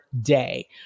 day